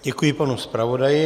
Děkuji panu zpravodaji.